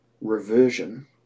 reversion